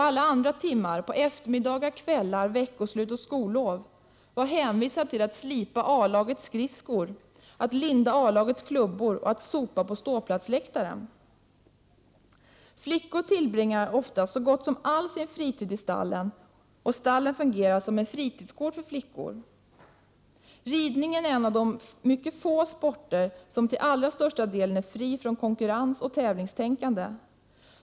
Alla andra timmar, på eftermiddagar, kvällar, veckoslut och skollov var hänvisad till att slipa A-lagets skridskor, linda dess klubbor samt sopa på ståplatsläktaren. Flickor tillbringar ofta så gott som all sin fritid i stallen, och stallen fungerar som en fritidsgård för flickor. Ridningen är en av de mycket få sporter som till allra största delen är fri från konkurrens och tävlingstänkande.